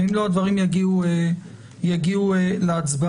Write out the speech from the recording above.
אם לא הדברים יגיעו להצבעה.